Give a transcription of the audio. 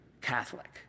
Catholic